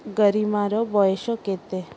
ଗାରିମାର ବୟସ କେତେ